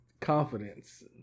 confidence